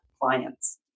clients